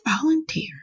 volunteer